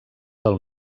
del